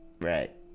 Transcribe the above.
right